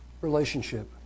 relationship